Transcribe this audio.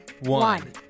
one